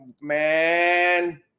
man